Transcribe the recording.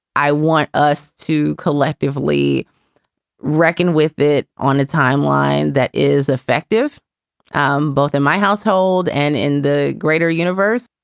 i want us to collectively reckon with it on a timeline that is effective um both in my household and in the greater universe,